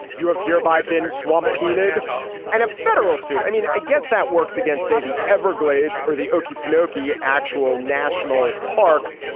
you have hereby been swamp painted and a federal suit. i mean i guess that works against say the everglades or the okefenokee actual national parks.